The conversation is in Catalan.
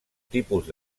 tipus